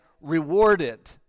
rewarded